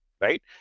right